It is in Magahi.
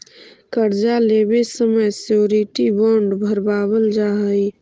कर्जा लेवे समय श्योरिटी बॉण्ड भरवावल जा हई